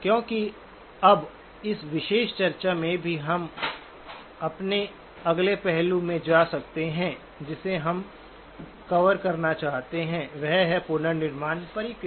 क्योंकि अब इस विशेष चर्चा से भी हम अपने अगले पहलू में जा सकते हैं जिसे हम कवर करना चाहते थे वह है पुनर्निर्माण प्रक्रिया